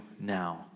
now